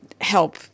help